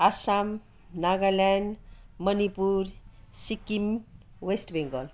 Assam Nagaland Manipur Sikkim West Bengal